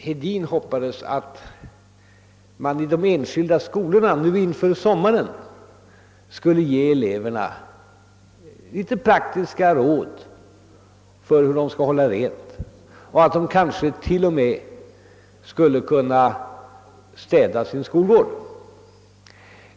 Slutligen "sade herr Hedin att han hoppades att man nu inför sommaren skulle ge eleverna i de enskilda skolorna litet praktiska råd om hur de skall hålla rent och att eleverna kanske t.o.m. kan städa sin skolgård.